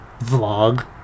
vlog